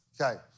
okay